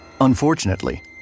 unfortunately